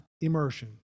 immersion